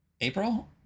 april